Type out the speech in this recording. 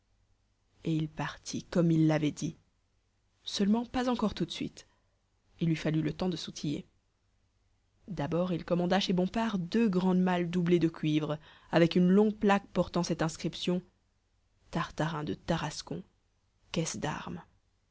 et il partit comme il l'avait dit seulement pas encore tout de suite il lui fallut le temps de s'outiller d'abord il commanda chez bompard deux grandes malles doublées de cuivre avec une longue plaque portant cette inscription tartarin de tarascon caisse d'armes